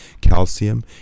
calcium